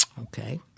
Okay